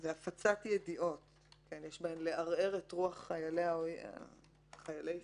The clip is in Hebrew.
זה הפצת ידיעות שיש בהן כדי לערער את רוח חיילי ישראל.